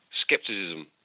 skepticism